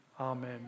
Amen